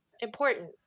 Important